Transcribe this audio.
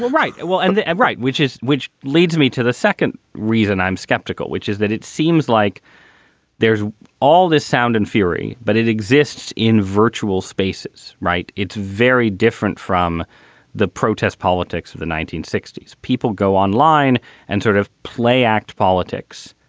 right. well, and end right. which is which leads me to the second reason i'm skeptical, which is that it seems like there's all this sound and fury, but it exists in virtual spaces. right. it's very different from the protest politics of the nineteen sixty s. people go online and sort of play act politics.